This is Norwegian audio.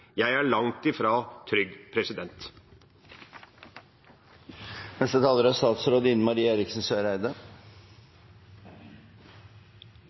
Jeg er langt ifra trygg.